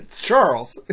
charles